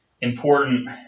important